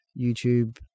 YouTube